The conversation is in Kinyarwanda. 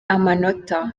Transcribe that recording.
amanota